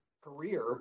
career